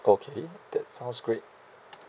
okay that sounds great